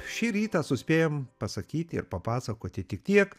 šį rytą suspėjom pasakyti ir papasakoti tik tiek